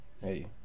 Hey